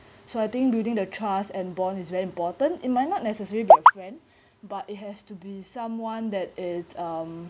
so I think building the trust and bond is very important it might not necessary be a friend but it has to be someone that is um